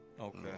Okay